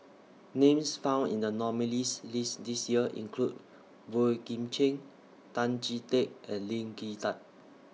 Names found in The nominees' list This Year include Boey Kim Cheng Tan Chee Teck and Lee Kin Tat